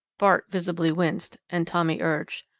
bart visibly winced, and tommy urged,